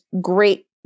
great